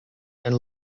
and